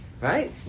Right